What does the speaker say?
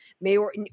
mayor